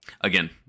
again